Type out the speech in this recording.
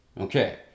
Okay